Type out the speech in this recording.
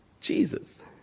Jesus